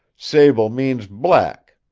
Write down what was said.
sable means black.